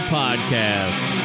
podcast